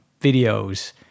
videos